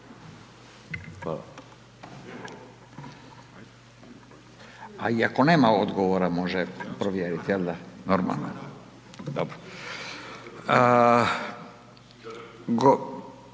I ako nema odgovora, može provjeriti, jel da? Normalno, dobro.